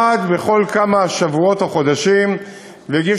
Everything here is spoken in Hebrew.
הוא עמד בכל כמה שבועות או חודשים והגיש